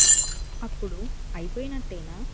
అప్పుడు అయిపోయినట్టేనా